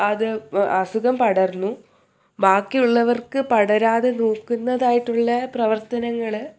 അത് അസുഖം പടർന്നു ബാക്കിയുള്ളവർക്ക് പടരാതെ നോക്കുന്നതായിട്ടുള്ള പ്രവർത്തനങ്ങൾ